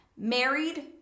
married